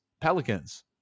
Pelicans